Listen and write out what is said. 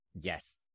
Yes